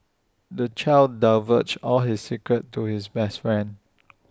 the child divulged all his secrets to his best friend